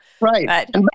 Right